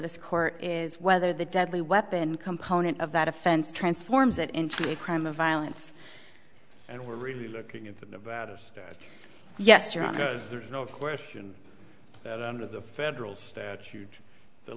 this court is whether the deadly weapon component of that offense transforms it into a crime of violence and we're really looking at the nevada state yes you're right there's no question that under the federal statute the